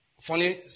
funny